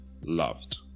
loved